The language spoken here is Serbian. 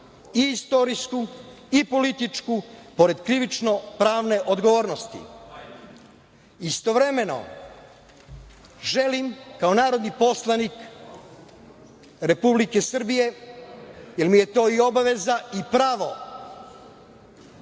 i istorijsku i političku pored krivično-pravne odgovornosti. Istovremeno, želim kao narodni poslanik Republike Srbije, jer mi je to i obaveza i pravo